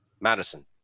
Madison